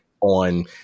on